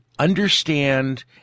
understand